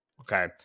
Okay